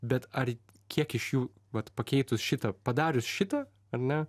bet ar kiek iš jų vat pakeitus šitą padarius šitą ar ne